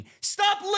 Stop